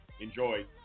Enjoy